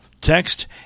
text